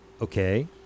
Okay